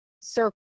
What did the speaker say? circle